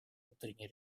внутренние